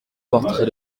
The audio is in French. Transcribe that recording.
portrait